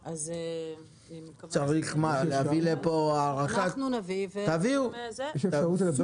אז למה אי-אפשר לתת שם תגבור.